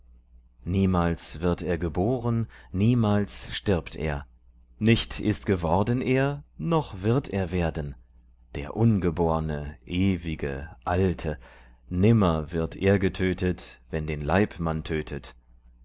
niemals wird er geboren niemals stirbt er nicht ist geworden er noch wird er werden der ungeborne ewige alte nimmer wird er getötet wenn den leib man tötet